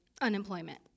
unemployment